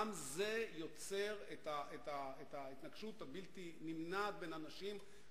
גם זה יוצר את ההתנגשות הבלתי נמנעת בין אנשים,